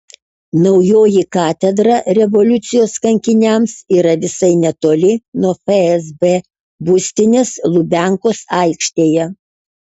naujoji katedra revoliucijos kankiniams yra visai netoli nuo fsb būstinės lubiankos aikštėje